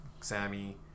Sammy